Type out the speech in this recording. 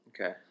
okay